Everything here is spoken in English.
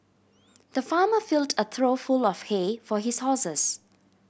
the farmer filled a trough full of hay for his horses